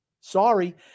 Sorry